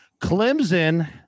Clemson